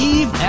Eve